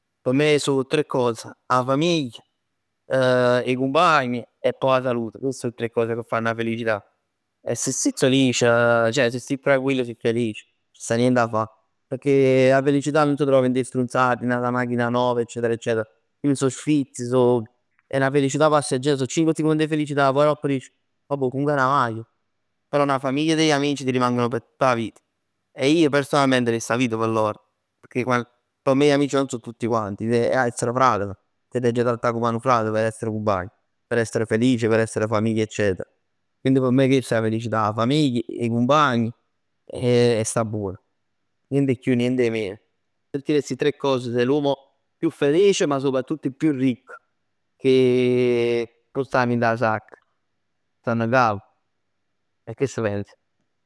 P' me so tre cose. 'A famiglia, 'e cumpagn e poj 'a salute, chest so 'e tre cose ch' fann 'a felicità. E se sij felice, ceh se sij tranquillo sij felice. Nun c' sta nient 'a fa. Pecchè 'a felicità nun s' trov dint 'e strunzate, dint 'a machina nov eccetera eccetera. Chell so sfiz, so è 'na felicità passeggera. Song cinc second 'e felicità, cà poj aropp dic, vabbuò comunque è 'na machin. Però 'na famiglia e degli amici ti rimangono p' tutta 'a vit. E io personalmente dess 'a vita p' lor. Pecchè quann, p' me gli amici non so tutti quanti. 'E 'a essere nu fratm, t'aggia trattà comm 'a nu frat p' essere nu cumpagn. P' essere felice, per essere famiglia eccetera. Quindi p' me chest è 'a felicità, 'a famiglia, 'e cumpagn e 'a sta buon. Niente 'e chiù, niente 'e meno. Se tieni sti tre cose sei l'uomo più felice, ma soprattutto il più ricco, pecchè nun stann dint 'a sacc, stann ncap e chest pens.